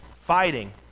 fighting